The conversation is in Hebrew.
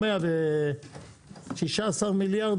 אני חושב ש-16 מיליארד